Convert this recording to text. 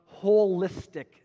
holistic